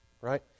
Right